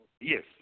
yes